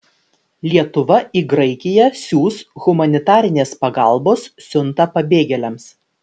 lietuva į graikiją siųs humanitarinės pagalbos siuntą pabėgėliams